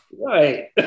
right